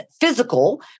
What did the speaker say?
physical